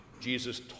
Jesus